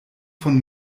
von